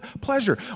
pleasure